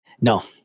No